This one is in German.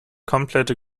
komplette